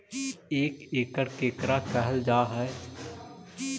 एक एकड़ केकरा कहल जा हइ?